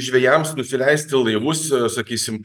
žvejams nusileisti laivus sakysim